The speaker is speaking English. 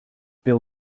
bill